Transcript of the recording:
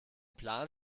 plan